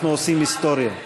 אנחנו עושים היסטוריה.